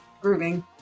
grooving